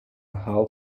help